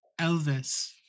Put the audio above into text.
Elvis